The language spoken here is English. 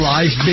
Life